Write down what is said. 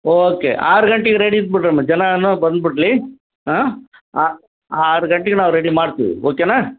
okay ಆರು ಗಂಟಿಗೆ ready ಇದ್ದುಬಿಡ್ರಮ್ಮ ಜನಾನು ಬಂದುಬಿಡ್ಲಿ ಹಾಂ ಆರು ಗಂಟಿಗೆ ನಾವು ರೆಡಿ ಮಾಡ್ತಿವಿ ಓಕೆನಾ